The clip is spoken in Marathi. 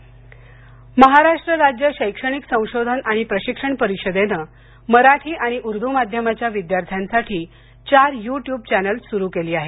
यू ट्यूब चॅनेल्स महाराष्ट्र राज्य शैक्षणिक संशोधन आणि प्रशिक्षण परिषदेनं मराठी आणि उर्दू माध्यमाच्या विद्यार्थ्यांसाठी चार यू ट्यूब चॅनेल्स सुरू केली आहेत